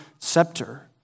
scepter